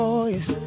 Boys